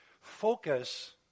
Focus